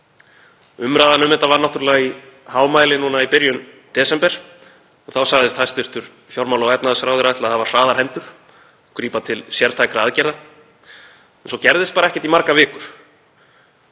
Umræðan um þetta var náttúrlega í hámæli núna í byrjun desember. Þá sagðist hæstv. fjármála- og efnahagsráðherra ætla að hafa hraðar hendur, grípa til sértækra aðgerða. En svo gerðist bara ekkert í margar vikur.